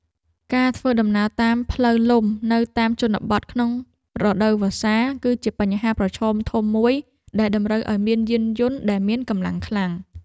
ការធ្វើដំណើរតាមផ្លូវលំនៅតាមជនបទក្នុងរដូវវស្សា គឺជាបញ្ហាប្រឈមធំមួយដែលតម្រូវឱ្យមានយានយន្តដែលមានកម្លាំងខ្លាំង។